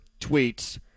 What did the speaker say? tweets